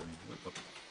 ניתן לו שלושה ימים.